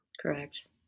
Correct